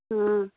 ꯎꯝ